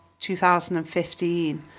2015